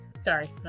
Sorry